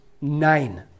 nine